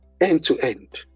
end-to-end